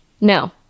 No